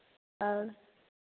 और